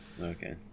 Okay